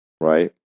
Right